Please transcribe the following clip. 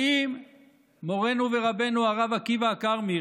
האם מורנו ורבנו הרב עקיבא הכרמי,